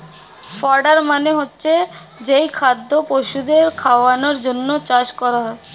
fodder মানে হচ্ছে যেই খাদ্য পশুদের খাওয়ানোর জন্যে চাষ করা হয়